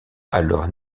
alors